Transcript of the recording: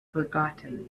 forgotten